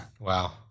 Wow